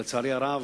לצערי הרב,